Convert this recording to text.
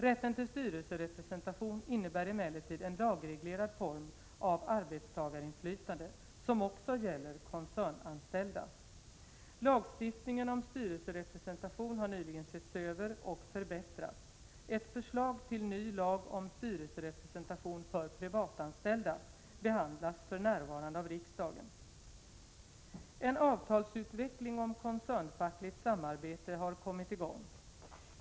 Rätten till styrelserepresentation innebär emellertid en lagreglerad form av arbetstagarinflytande som också gäller koncernanställda. Lagstiftningen om styrelserepresentation har nyligen setts över och | förbättrats. Ett förslag till ny lag om styrelserepresentation för privatanställda behandlas för närvarande av riksdagen. En avtalsutveckling om koncernfackligt samarbete har kommit i gång.